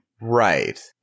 Right